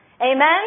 Amen